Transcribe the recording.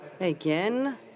Again